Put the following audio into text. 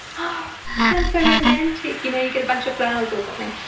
but sounds so romantic, you know you get a bunch of flowers or something.